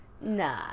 Nah